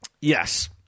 Yes